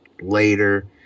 later